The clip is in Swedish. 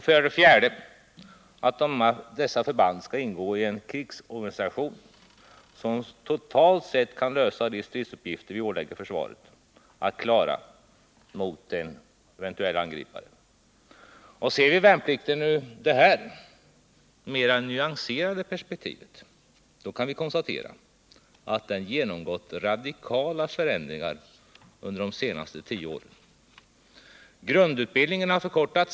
För det fjärde skall dessa förband ingå i en krigsorganisation som totalt sett kan klara de stridsuppgifter vi ålägger försvaret. Ser vi värnplikten i detta mera nyanserade perspektiv kan vi konstatera att den genomgått radikala förändringar under de senaste tio åren. Grundutbildningen har förkortats.